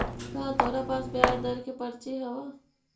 का तोरा पास ब्याज दर के पर्ची हवअ